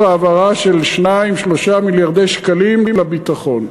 העברה של 2 3 מיליארדי שקלים לביטחון.